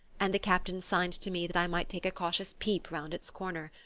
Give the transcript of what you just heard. and the captain signed to me that i might take a cautious peep round its corner.